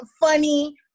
funny